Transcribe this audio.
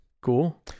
Cool